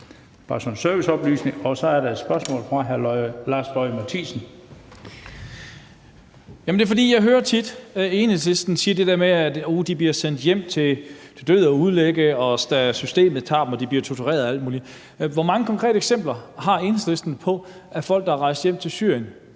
Hvor mange konkrete eksempler har Enhedslisten på, at folk, der er rejst hjem til Syrien,